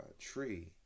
tree